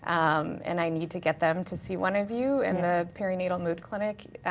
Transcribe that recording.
um and i need to get them to see one of you in the perinatal mood clinic,